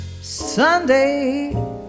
Sunday